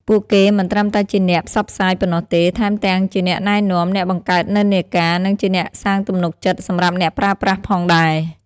ពួកគេមិនត្រឹមតែជាអ្នកផ្សព្វផ្សាយប៉ុណ្ណោះទេ ថែមទាំងជាអ្នកណែនាំ អ្នកបង្កើតនិន្នាការ និងជាអ្នកសាងទំនុកចិត្តសម្រាប់អ្នកប្រើប្រាស់ផងដែរ។